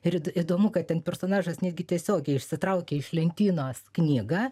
ir įd įdomu kad ten personažas netgi tiesiogiai išsitraukia iš lentynos knygą